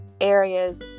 areas